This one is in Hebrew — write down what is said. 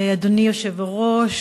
אדוני היושב-ראש,